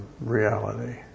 reality